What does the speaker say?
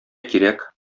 кирәк